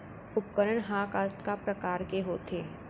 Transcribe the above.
उपकरण हा कतका प्रकार के होथे?